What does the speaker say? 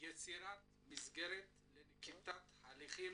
יצירת מסגרת לנקיטת הליכים